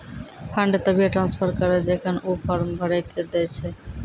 fund तभिये transfer करऽ जेखन ऊ फॉर्म भरऽ के दै छै